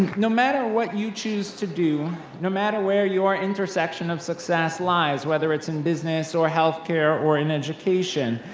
no matter what you choose to do, no matter where your intersection of success lies, whether it's in business, or healthcare, or in education,